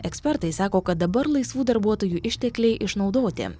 ekspertai sako kad dabar laisvų darbuotojų ištekliai išnaudoti